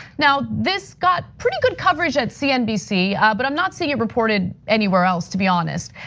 now, this got pretty good coverage at cnbc, but i'm not seeing it reported anywhere else to be honest.